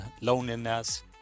loneliness